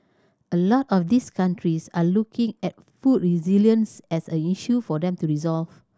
a lot of these countries are looking at food resilience as an issue for them to resolve